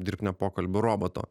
dirbtinio pokalbių roboto